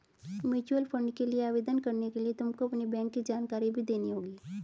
mutual fund के लिए आवेदन करने के लिए तुमको अपनी बैंक की जानकारी भी देनी होगी